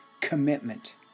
commitment